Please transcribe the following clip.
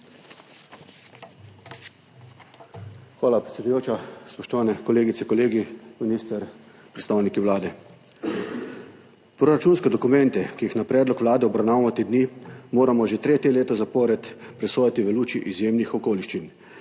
Hvala, predsedujoča. Spoštovane kolegice, kolegi, minister, predstavniki Vlade! Proračunske dokumente, ki jih na predlog Vlade obravnavamo te dni, moramo že tretje leto zapored presojati v luči izjemnih okoliščin,